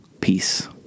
Peace